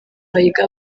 bahiga